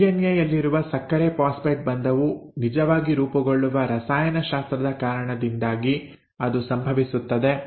DNA ಯಲ್ಲಿನ ಸಕ್ಕರೆ phosphate ಬಂಧವು ನಿಜವಾಗಿ ರೂಪುಗೊಳ್ಳುವ ರಸಾಯನಶಾಸ್ತ್ರದ ಕಾರಣದಿಂದಾಗಿ ಅದು ಸಂಭವಿಸುತ್ತದೆ